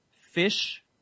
Fish